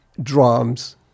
drums